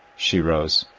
she rose.